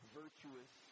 virtuous